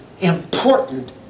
important